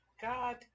God